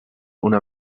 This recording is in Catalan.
una